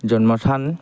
জন্মস্থান